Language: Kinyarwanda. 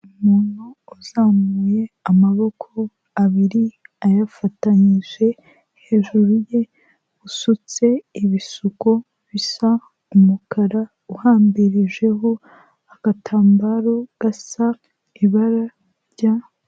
Umuntu uzamuye amaboko abiri ayafatanyije, hejuru ye usutse ibisuko bisa umukara uhambirijeho agatambaro gasa ibara rya...